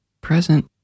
Present